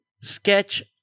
sketch